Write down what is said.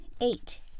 Eight